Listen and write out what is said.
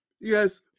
Yes